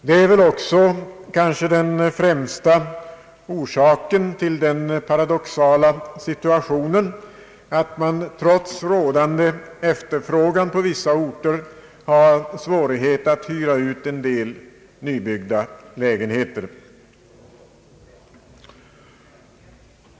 Det är kanske också den främsta orsaken till den paradoxala situationen att man trots rådande efterfrågan på vissa orter har svårighet att hyra ut en del nybyggda lägenheter.